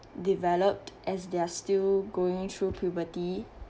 developed as they're still going through puberty